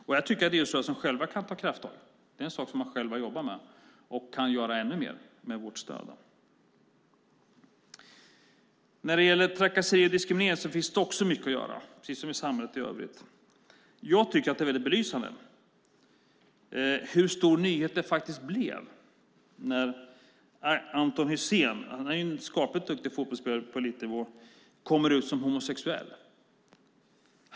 Här tycker jag att idrottsrörelsen själv kan ta krafttag. Det är en sak som de har jobbat med, och de kan göra ännu mer med vårt stöd. Det finns också mycket att göra när det gäller trakasserier och diskriminering, precis som i samhället i övrigt. Det är väldigt belysande att det blev en så stor nyhet när Anton Hysén, som är en skapligt duktig fotbollsspelare på elitnivå, kom ut som homosexuell.